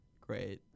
great